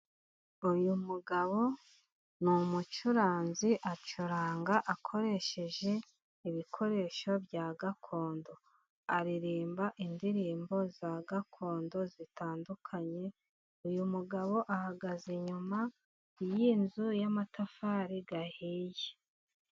Uyu mugabo ni umucuranzi. Acuranga akoresheje ibikoresho bya gakondo. Aririmba indirimbo za gakondo zitandukanye. Uyu mugabo ahagaze inyuma y'inzu y'amatafari ahiye.